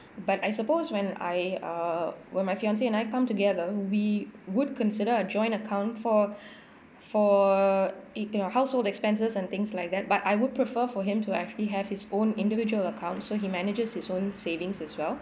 but I suppose when I uh when my fiance and I come together we would consider a joint account for for household expenses and things like that but I would prefer for him to actually have his own individual account so he manages his own savings as well